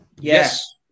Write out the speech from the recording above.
yes